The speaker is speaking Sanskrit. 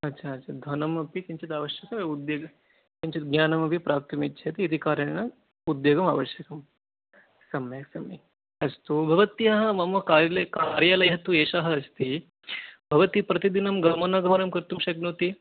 अच्छा अच्छा धनमपि किञ्चित् आवश्यकम् उद्योगे किञ्चित् ज्ञानमपि प्राप्तुम् इच्छति इति कारणेन उद्योगम् आवश्यकम् सम्यक् सम्यक् अस्तु भवत्याः मम कार्यालये कार्यालयः तु एषः अस्ति भवती प्रतिदिनं गमनागमनं कर्तुं शक्नोति